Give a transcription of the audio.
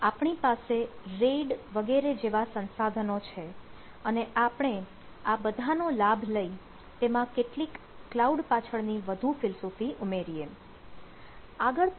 આપણી પાસે RAID વગેરે જેવા સંસાધનો છે અને આપણે આ બધાનો લાભ લઇ તેમાં કેટલીક ક્લાઉડ પાછળની વધુ ફિલસૂફી ઉમેરીયે